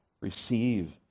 receive